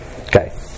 Okay